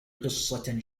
قصة